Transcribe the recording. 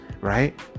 right